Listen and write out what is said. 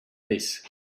this